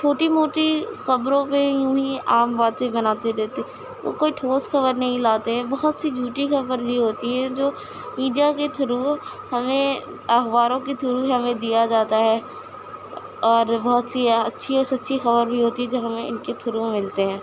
چھوٹی موٹی خبروں پہ یوں ہی عام باتیں بناتے رہتے ہیں وہ کوئی ٹھوس خبر نہیں لاتے ہیں بہت سی جھوٹی خبر بھی ہوتی ہے جو میڈیا کے تھرو ہمیں اخباروں کے تھرو ہمیں دیا جاتا ہے اور بہت سی اچھی اور سچی خبر بھی ہوتی ہے جو ہمیں ان کے تھرو ملتے ہیں